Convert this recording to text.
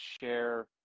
share